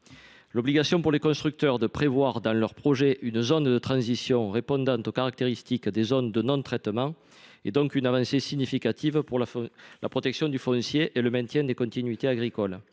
L’obligation pour les constructeurs de prévoir dans leurs projets une zone de transition répondant aux caractéristiques des zones de non traitement est donc une avancée significative pour la protection du foncier agricole et le maintien des continuités agricoles.